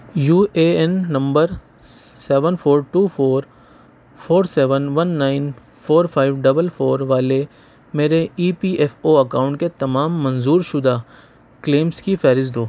you A N number seven four two four four seven one nine four five double four والے میرے E P F O account کے تمام منظور شُدہ claims کی فہرست دو